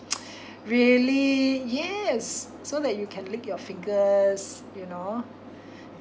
really yes so that you can lick your fingers you know